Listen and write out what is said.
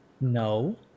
No